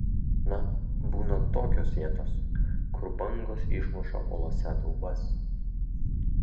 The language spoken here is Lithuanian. na būna tokios vietos kur bangos išmuša uolose daubas